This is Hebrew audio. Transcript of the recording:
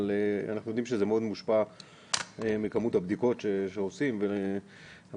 אבל אנחנו יודעים שזה מאוד מושפע מכמות הבדיקות שעושים והמדד